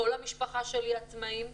כל המשפחה שלי עצמאים,